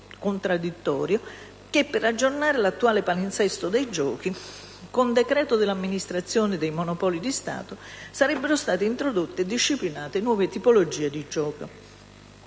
contraddittorio) che «per aggiornare l'attuale palinsesto dei giochi, con decreto dell'Amministrazione autonoma dei monopoli di Stato, sarebbero state introdotte e disciplinate nuove tipologie di giochi».